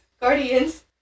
guardians